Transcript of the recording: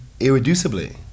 irreducibly